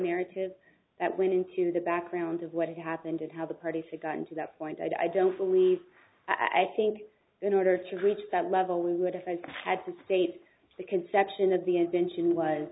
narrative that went into the background of what happened and how the party said got into that point i don't believe i think in order to reach that level we would if i had to state the conception of the invention was